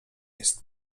jest